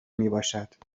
میباشد